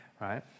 right